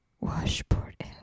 Washboard